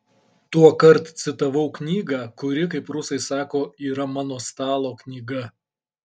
tuokart citavau knygą kuri kaip rusai sako yra mano stalo knyga